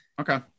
Okay